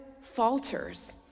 falters